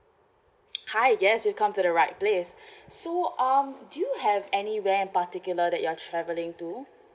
hi yes you come to the right place so um do you have anywhere in particular that you're travelling to